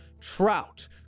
Trout